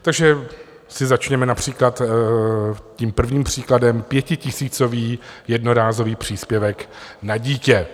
Takže si začněme například tím prvním příkladem pětitisícový jednorázový příspěvek na dítě.